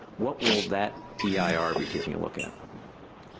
what will that yeah ah eir be taking a look at?